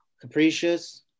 capricious